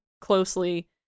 closely